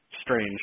Strange